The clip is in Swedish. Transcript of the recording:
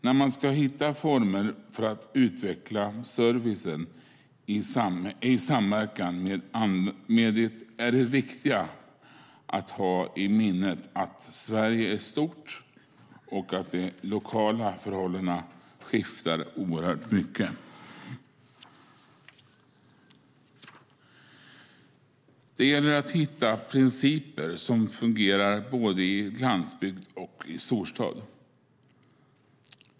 När man ska hitta former för att utveckla servicen i samverkan är det viktigt att ha i minnet att Sverige är stort och att de lokala förhållandena skiftar oerhört mycket. Det gäller att hitta principer som fungerar både i glesbygd och i storstad.